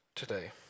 today